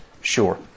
Sure